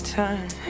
time